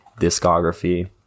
discography